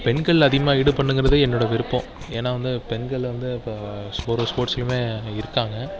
பெண்கள் அதிகமாக ஈடுபடணுங்கிறதே என்னோடய விருப்பம் ஏனால் வந்து பெண்கள் வந்து இப்போ ஸ் ஒரு ஒரு ஸ்போர்ட்ஸ்லேயுமே இருக்காங்க